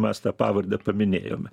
mes tą pavardę paminėjom